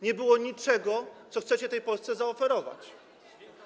Nie było niczego, co chcecie tej Polsce zaoferować.